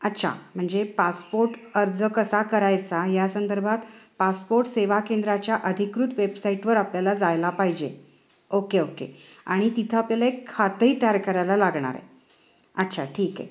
अच्छा म्हणजे पासपोर्ट अर्ज कसा करायचा या संदर्भात पासपोर्ट सेवा केंद्राच्या अधिकृत वेबसाईटवर आपल्याला जायला पाहिजे ओके ओके आणि तिथं आपल्याला एक खातंही तयार करायला लागणार आहे अच्छा ठीक आहे